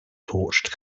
torched